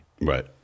Right